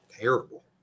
Terrible